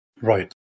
Right